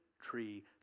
tree